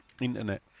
Internet